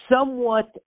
somewhat